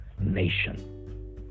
nation